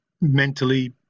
mentally